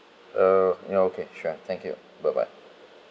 err ya okay sure thank you bye bye